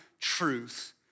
truth